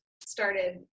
started